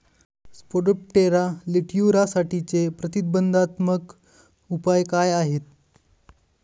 Spodoptera लिट्युरासाठीचे प्रतिबंधात्मक उपाय काय आहेत?